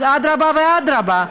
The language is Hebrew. אז אדרבה ואדרבה,